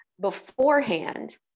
beforehand